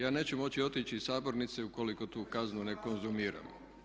Ja neću moći otići iz sabornice ukoliko tu kaznu ne konzumiram.